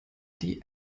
die